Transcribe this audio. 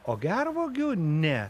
o gervuogių ne